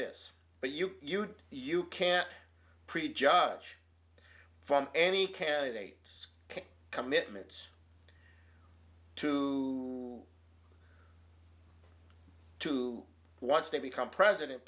this but you you you can't prejudge from any candidate commitments to to once they become president